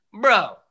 Bro